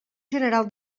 general